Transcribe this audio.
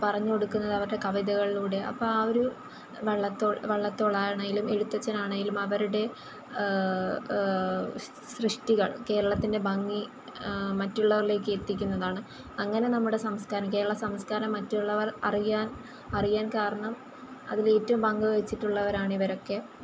പറഞ്ഞുകൊടുക്കുന്നത് അവരുടെ കവിതകളിലൂടെ അപ്പോൾ ആ ഒരു വള്ളത്തോൾ വള്ളത്തോൾ ആണെങ്കിലും എഴുത്തച്ഛൻ ആണെങ്കിലും അവരുടെ സൃഷ്ടികൾ കേരളത്തിൻറെ ഭംഗി മറ്റുള്ളവരിലേക്ക് എത്തിക്കുന്നതാണ് അങ്ങനെ നമ്മുടെ സംസ്കാരം കേരള സംസ്കാരം മറ്റുള്ളവർ അറിയാൻ അറിയാൻ കാരണം അതിൽ ഏറ്റവും പങ്ക് വഹിച്ചിട്ടുള്ളവരാണ് ഇവരൊക്കെ